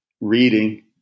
reading